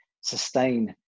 sustain